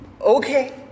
okay